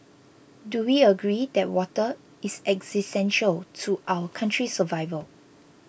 do we agree that water is existential to our country's survival